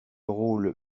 rôle